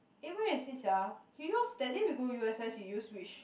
eh where is it sia that day we go U_S_S you use which